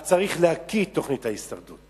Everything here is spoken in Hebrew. אז צריך להקיא את התוכנית "הישרדות".